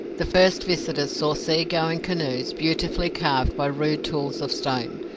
the first visitors saw sea-going canoes beautifully carved by rude tools of stone,